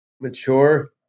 mature